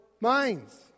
minds